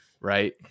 Right